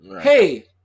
Hey